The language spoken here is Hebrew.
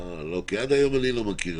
כי עד היום אני לא מכיר.